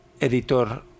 editor